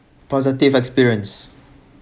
positive experience